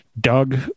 Doug